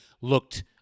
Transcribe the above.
looked